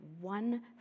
one